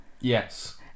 Yes